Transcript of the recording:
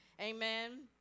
amen